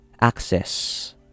access